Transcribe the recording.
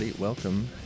Welcome